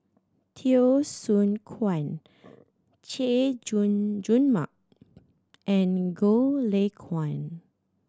Teo Soon Chuan Chay Jung Jun Mark and Goh Lay Kuan